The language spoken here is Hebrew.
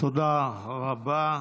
תודה רבה.